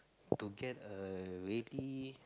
to get err lady